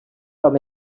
from